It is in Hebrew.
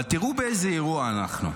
אבל תראו באיזה אירוע אנחנו.